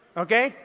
okay?